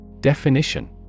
Definition